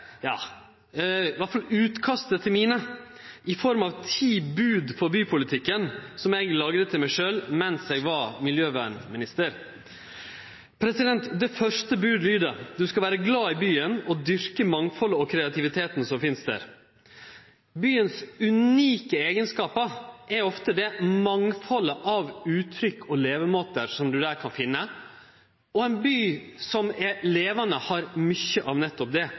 i form av ti bod for bypolitikken som eg laga til meg sjølv mens eg var miljøvernminister. Det første bodet lyder: Du skal vere glad i byen og dyrke mangfaldet og kreativiteten som finst der. Byens unike eigenskapar er ofte det mangfaldet av uttrykk og levemåtar som ein kan finne der. Ein by som er levande, har mykje av nettopp dette. Det